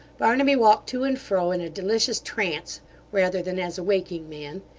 barnaby walked to and fro in a delicious trance rather than as a waking man.